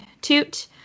Toot